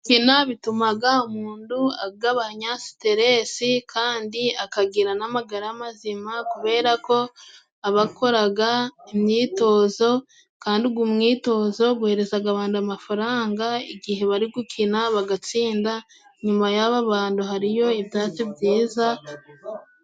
Gukina bitumaga umundu agabanya siteresi kandi akagira n'amagara mazima ,kuberako aba akoraga imyitozo kandi ugu mwitozo guherezaga abandu amafaranga ,igihe bari gukina bagatsinda inyuma y'aba bandu hariyo ibyatsi byiza.